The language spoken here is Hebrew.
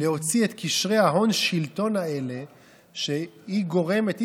להוציא את קשרי ההון שלטון האלה שהיא גורמת,